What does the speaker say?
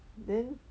then